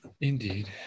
Indeed